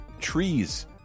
trees